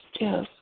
Yes